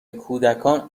کودکان